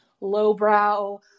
lowbrow